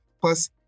Plus